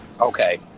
Okay